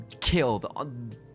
killed